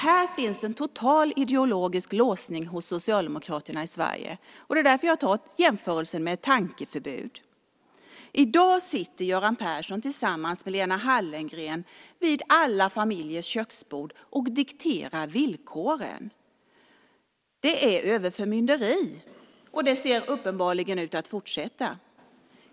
Här finns en total ideologisk låsning hos Socialdemokraterna i Sverige. Det är därför jag jämför med tankeförbud. I dag sitter Göran Persson tillsammans med Lena Hallengren vid alla familjers köksbord och dikterar villkoren. Det är överförmynderi, och det ser uppenbarligen ut att fortsätta.